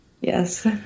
Yes